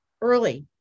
early